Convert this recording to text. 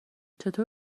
چطور